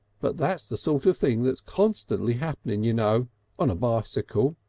but that's the sort of thing that's constantly happening you know on a bicycle.